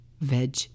veg